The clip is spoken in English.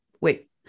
wait